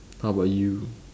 how about you